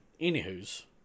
Anywho's